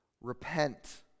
Repent